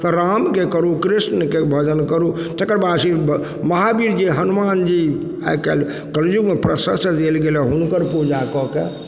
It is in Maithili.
तऽ रामके करू कृष्णके भजन करू तकरबाद से महावीर जी हनुमान जी आइ काल्हि कलियुगमे प्रशस्त देल गेल हइ हुनकर पूजा कऽके